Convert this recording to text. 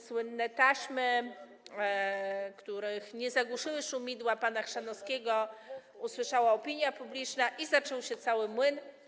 Słynne taśmy, których nie zagłuszyły szumidła pana Chrzanowskiego, usłyszała opinia publiczna i zaczął się młyn.